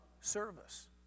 service